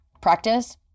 practice